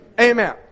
Amen